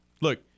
Look